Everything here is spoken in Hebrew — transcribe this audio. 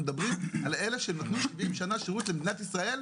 אנחנו מדברים על אלה שנתנו 70 שנה שרות למדינת ישראל,